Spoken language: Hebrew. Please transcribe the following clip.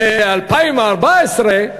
ב-2014,